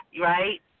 right